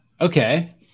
okay